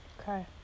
Okay